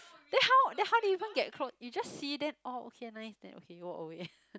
then how then how did you even get close you just see them orh okay nice then okay you walk away